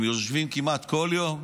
הם יושבים כמעט כל יום.